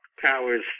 powers